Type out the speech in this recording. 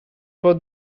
for